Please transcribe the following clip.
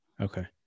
Okay